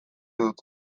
dut